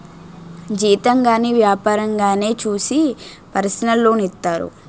జీతం గాని వ్యాపారంగానే చూసి పర్సనల్ లోన్ ఇత్తారు